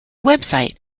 website